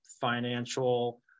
financial